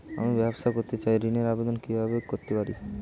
আমি ব্যবসা করতে চাই ঋণের আবেদন কিভাবে করতে পারি?